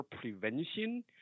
prevention